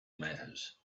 matters